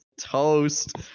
toast